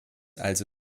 also